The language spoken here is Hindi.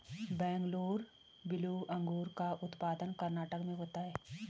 बेंगलुरु ब्लू अंगूर का उत्पादन कर्नाटक में होता है